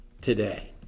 today